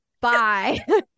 bye